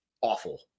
Awful